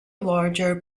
larger